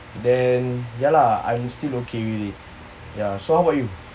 then ya lah I'm still okay with it ya so how about you